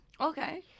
Okay